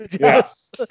Yes